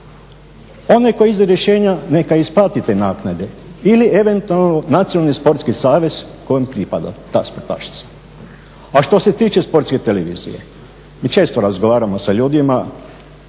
Onaj koji je izdao rješenja neka isplati te naknade ili eventualno Nacionalni sportski savez kojem pripada ta sportašica. A što se tiče Sportske televizije, mi ćesto razgovaramo sa ljudima,